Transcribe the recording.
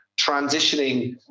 transitioning